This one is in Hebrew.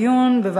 התשע"ג 2013,